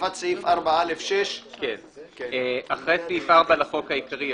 הוספת סעיף 4א. 6. "אחרי סעיף 4 לחוק העיקרי יבוא: